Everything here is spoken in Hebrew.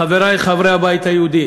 חברי חברי הבית היהודי